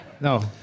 No